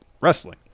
wrestling